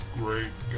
great